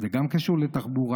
וגם זה קשור לתחבורה?